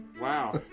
wow